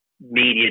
media